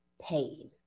pain